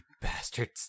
bastards